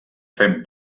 fem